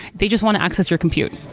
they just want to access your compute.